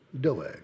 Doeg